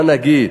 מה נגיד?